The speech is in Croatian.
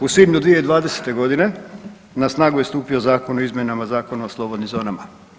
U svibnju 2020.g. na snagu je stupio Zakon o izmjenama Zakona o slobodnim zonama.